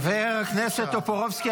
--- חבר הכנסת טופורובסקי,